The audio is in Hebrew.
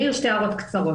אני אעיר שתי הערות קצרות.